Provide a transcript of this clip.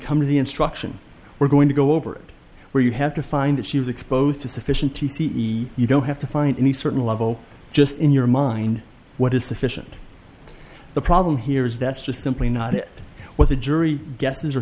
come to the instruction we're going to go over it where you have to find that she was exposed to sufficient t c e you don't have to find any certain level just in your mind what is sufficient the problem here is that's just simply not what the jury guesses or